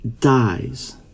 dies